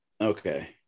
Okay